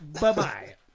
Bye-bye